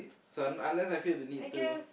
so I'm unless I feel the need to